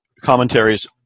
commentaries